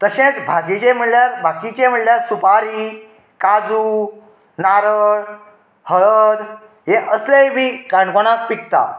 तशेंच भाकीचें म्हणल्यार बाकीचें म्हणल्यार सुपारी काजू नारळ हळद हें असलेंय बी काणकोणांत पिकता